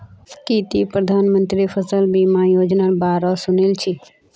की ती प्रधानमंत्री फसल बीमा योजनार बा र सुनील छि